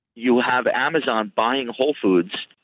you have amazon buying whole foods,